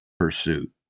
pursuit